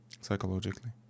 Psychologically